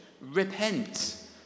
Repent